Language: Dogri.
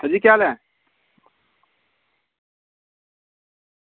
सर जी केह् हाल ऐ